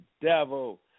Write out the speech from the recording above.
devil